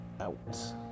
out